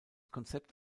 konzept